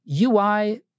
UI